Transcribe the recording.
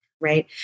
right